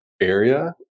area